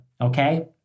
okay